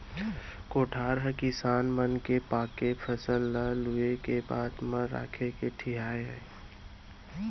कोठार हर किसान मन के पाके फसल ल लूए के बाद म राखे के ठिहा आय